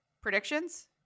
Predictions